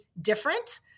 different